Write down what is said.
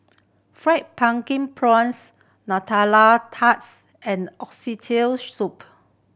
Fried Pumpkin Prawns Nutella tarts and soup